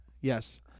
Yes